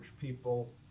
people